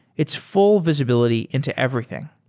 it's full visibility into everything.